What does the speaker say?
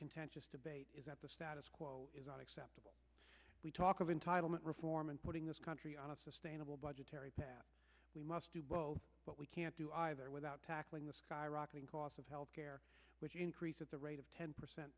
contentious debate is that the status quo is unacceptable we talk of entitlement reform and putting this country on a sustainable budgetary path we must do what we can't do either without tackling the skyrocketing cost of health care which increases the rate of ten percent